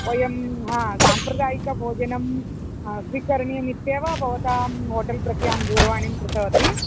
वयं हा साम्प्रदायिकभोजनं स्वीकरणीयमित्येव भवतां होटेल् प्रति अहं दूरवाणीं कृतवती